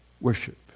Worship